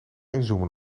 inzoomen